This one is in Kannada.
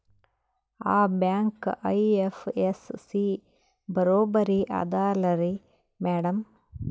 ಆ ಬ್ಯಾಂಕ ಐ.ಎಫ್.ಎಸ್.ಸಿ ಬರೊಬರಿ ಅದಲಾರಿ ಮ್ಯಾಡಂ?